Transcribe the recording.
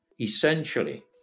Essentially